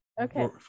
Okay